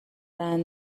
چرند